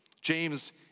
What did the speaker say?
James